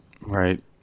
Right